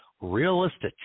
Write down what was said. realistic